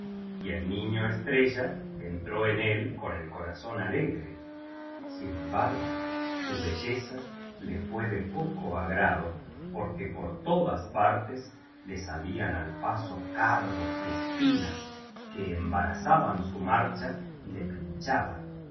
y el niño estrella entró en él con el corazón alegre sin embargo su belleza le fué de poco agrado porque por todas partes le biblioteca nacional de españa la españa moderna salían al paso cardos y espinas que embarazaban su marcha y le pinchaban